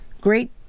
great